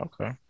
Okay